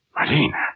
Marina